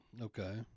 Okay